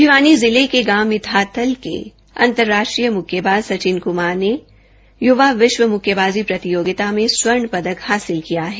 भिवानी जिला के गांव मिताथल के अंतरराष्ट्रीय मुक्केबाज सचिन कुमार ने युवा विश्व मुक्केबाजी प्रतियोगिता में स्वर्ण पदक हासिल किया है